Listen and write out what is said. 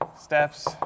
steps